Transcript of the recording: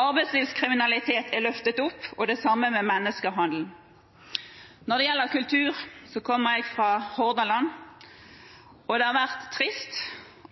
Arbeidslivskriminalitet er løftet opp, og det samme er menneskehandel. Når det gjelder kultur, kommer jeg fra Hordaland, og det har vært trist